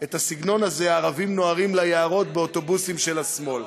את הסגנון הזה: הערבים נוהרים ליערות באוטובוסים של השמאל.